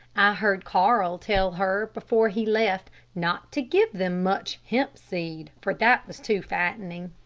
i heard carl tell her before he left not to give them much hemp seed, for that was too fattening.